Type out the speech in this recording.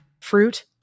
fruit